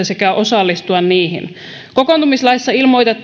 sekä osallistua niihin kokoontumislaissa